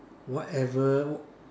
whatever